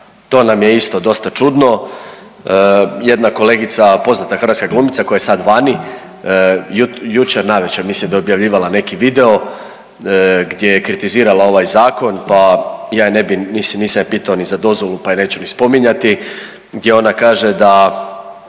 to nam je isto dosta čudno. Jedna kolegica, poznata hrvatska glumica koja je sad vani jučer navečer mislim da je objavljivala neki video gdje je kritizirala ovaj zakon, pa ja je ne bi, mislim nisam je pitao ni za dozvolu pa je neću ni spominjati, gdje ona kaže da